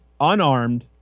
unarmed